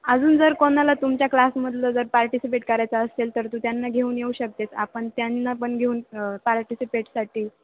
अजून जर कोणाला तुमच्या क्लासमधलं जर पार्टिसिपेट करायचं असेल तर तू त्यांना घेऊन येऊ शकतेस आपण त्यांना पण घेऊ पार्टिसिपेटसाठी